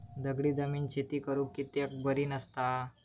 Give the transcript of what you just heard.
दगडी जमीन शेती करुक कित्याक बरी नसता?